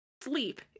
sleep